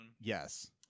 Yes